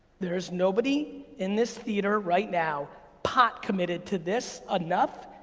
there is nobody in this theater right now pot committed to this enough,